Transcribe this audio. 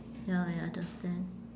ya I understand